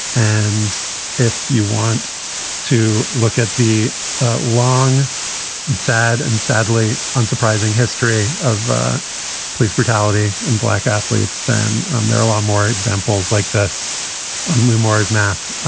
and if you want to look at the long and sad and sadly unsurprising history of police brutality and black athletes, then um there are a lot more examples like this on lamar's map.